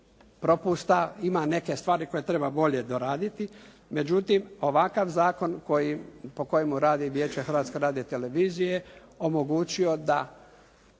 propusta, ima neke stvari koje treba bolje doraditi, međutim ovakav zakon po kojemu radi Vijeće Hrvatske radiotelevizije omogućio da